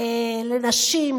לנשים,